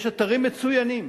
יש אתרים מצוינים,